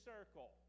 circle